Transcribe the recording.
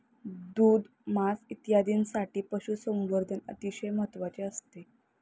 दूध, मांस इत्यादींसाठी पशुसंवर्धन अतिशय महत्त्वाचे असते